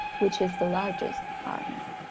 which is the largest army.